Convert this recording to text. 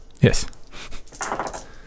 Yes